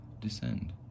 descend